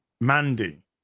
Mandy